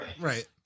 Right